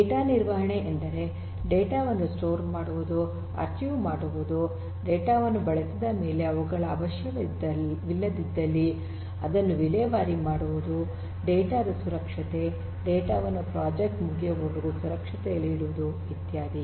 data ನಿರ್ವಹಣೆ ಎಂದರೆ data ವನ್ನು ಸಂಗ್ರಹಣೆ ಮಾಡುವುದುಅರ್ಚಿವ್ ಮಾಡುವುದು ಡೇಟಾ ವನ್ನು ಬಳಸಿದ ಮೇಲೆ ಅವುಗಳ ಅವಶ್ಯವಿಲ್ಲದಿದ್ದಲ್ಲಿ ಅದನ್ನು ವಿಲೇವಾರಿ ಮಾಡುವುದು ಡೇಟಾ ದ ಸುರಕ್ಷತೆ ಡೇಟಾ ವನ್ನು ಪ್ರಾಜೆಕ್ಟ್ ಮುಗಿಯುವವರೆಗೂ ಸುರಕ್ಷತೆಯಲ್ಲಿ ಇಡುವುದು ಇತ್ಯಾದಿ